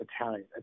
Italian